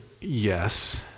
yes